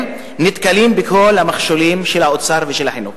נתקלים בכל המכשולים של האוצר ושל משרד החינוך.